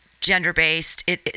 gender-based